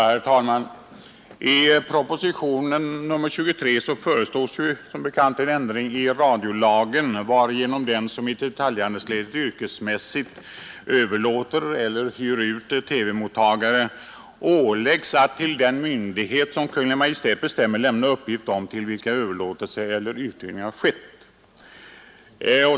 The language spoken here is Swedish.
Herr talman! I propositionen 23 föreslås som bekant en ändring i radiolagen, varigenom den som i detaljhandelsledet yrkesmässigt överlåter eller hyr ut TV-mottagare åläggs att till den myndighet som Kungl. Maj:t bestämmer lämna uppgift om till vilka överlåtelse eller uthyrning skett.